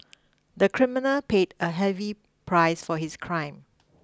the criminal paid a heavy price for his crime